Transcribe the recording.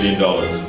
dollars.